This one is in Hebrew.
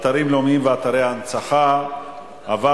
אתרים לאומיים ואתרי הנצחה (תיקון מס' 11),